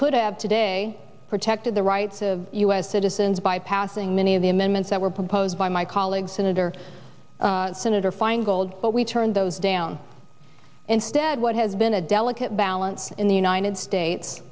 could have today protected the rights of u s citizens by passing many of the amendments that were proposed by my colleague senator senator feingold but we turned those down instead what has been a delicate balance in the united states